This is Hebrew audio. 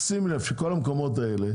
שכל המקומות האלה